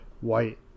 White